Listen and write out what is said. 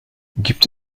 gibt